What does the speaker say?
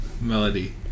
melody